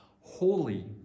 holy